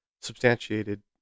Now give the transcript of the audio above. substantiated